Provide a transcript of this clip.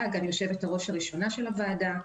‏והייתה גם יושבת-הראש הראשונה של הוועדה.